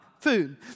food